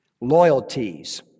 Loyalties